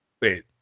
wait